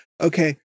okay